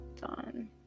done